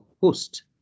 host